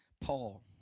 Paul